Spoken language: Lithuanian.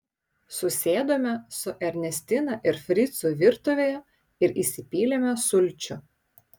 susėdome su ernestina ir fricu virtuvėje ir įsipylėme sulčių